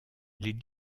les